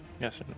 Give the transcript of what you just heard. Yes